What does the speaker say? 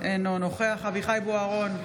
אינו נוכח אביחי אברהם בוארון,